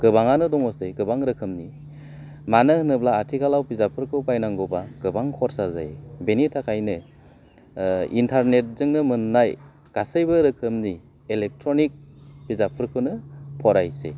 गोबाङानो दङसै गोबां रोखोमनि मानोहोनोब्ला आथिखाला बिजाबबो बायनांगौबा गोबां खरसा जायो बेनि थाखायनो इन्टारनेट जोंनि मोननाय गासैबो रोखोमनि इलेक्ट्रनिक बिजाबफोरखौनो फरायसै